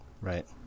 Right